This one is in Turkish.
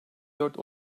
dört